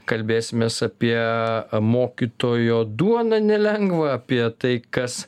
kalbėsimės apie mokytojo duoną nelengva apie tai kas